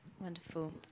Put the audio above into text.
Wonderful